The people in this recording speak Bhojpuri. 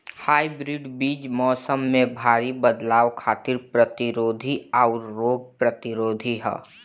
हाइब्रिड बीज मौसम में भारी बदलाव खातिर प्रतिरोधी आउर रोग प्रतिरोधी ह